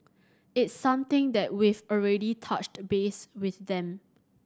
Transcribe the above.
it's something that we've already touched base with them